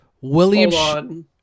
William